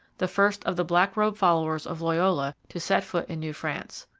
the first of the black-robed followers of loyola to set foot in new france.